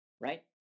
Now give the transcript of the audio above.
right